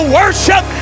worship